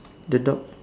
the dog